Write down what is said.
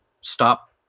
stop